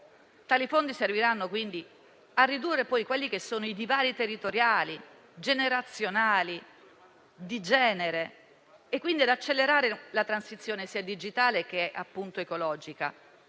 Tali fondi serviranno quindi a ridurre i divari territoriali, generazionali e di genere e quindi ad accelerare la transizione, sia digitale sia ecologica,